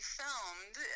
filmed